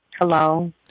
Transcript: Hello